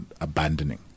abandoning